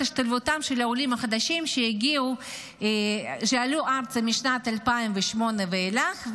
השתלבותם של העולים החדשים שעלו ארצה משנת 2008 ואילך,